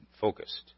focused